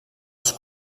els